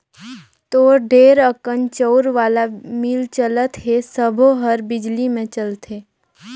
तोर ढेरे अकन चउर वाला मील चलत हे सबो हर बिजली मे चलथे